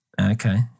Okay